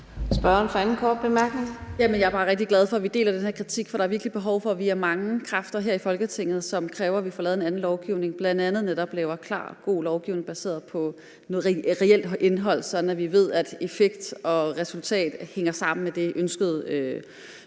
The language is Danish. Jeg er bare rigtig glad for, at vi deler den her kritik, for der er virkelig behov for, at vi er mange kræfter her i Folketinget, som kræver, at vi får lavet en anden lovgivning og bl.a. netop laver klar og god lovgivning baseret på noget reelt indhold, så vi ved, at effekt og resultat hænger sammen med formålet